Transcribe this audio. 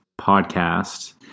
podcast